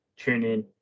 TuneIn